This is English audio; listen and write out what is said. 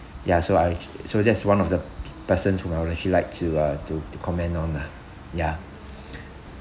ya so I ac~ so that's one of the p~ persons whom I'll actually like to uh to to comment on ah ya